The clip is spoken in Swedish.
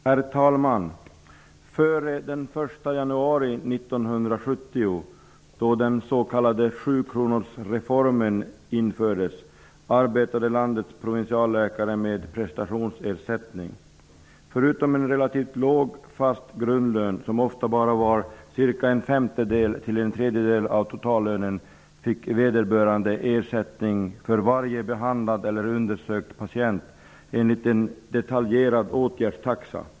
Herr talman! Före den 1 januari 1970, då den s.k. Förutom en relativt låg fast grundlön, som ofta uppgick bara till mellan en femtedel och en tredjedel av totallönen, fick vederbörande ersättning för varje behandlad eller undersökt patient enligt en detaljerad åtgärdstaxa.